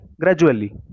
gradually